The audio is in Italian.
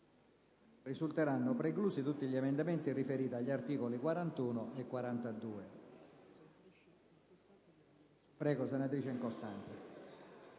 risulteranno preclusi tutti gli emendamenti riferiti agli articoli 41 e 42.